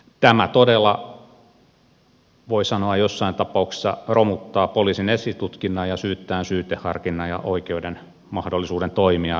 tämä todella voi sanoa jossain tapauksessa romuttaa poliisin esitutkinnan ja syyttäjän syyteharkinnan ja oikeuden mahdollisuuden toimia ja löytää sitä aineellista totuutta